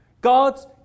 God's